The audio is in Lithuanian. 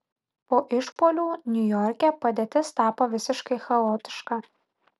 po išpuolių niujorke padėtis tapo visiškai chaotiška